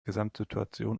gesamtsituation